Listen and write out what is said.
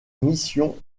mission